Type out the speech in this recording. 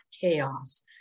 chaos